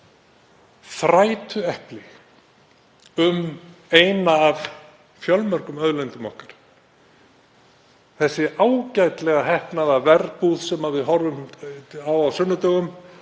þrætuepli um eina af fjölmörgum auðlindum okkar. Þessi ágætlega heppnaða Verbúð sem við horfum á á sunnudögum,